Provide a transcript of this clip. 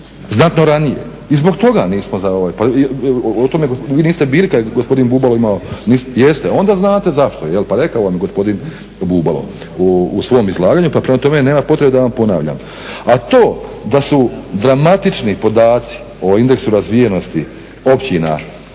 znatno ranije. I zbog toga nismo za ovaj, pa o tome, vi niste bili kad je gospodin Bubalo imao? Jeste? Onda znate zašto jel' pa rekao vam je gospodin Bubalo u svom izlaganju. Prema tome nema potrebe da vam ponavljam. A to da su dramatični podaci o indeksu razvijenosti općina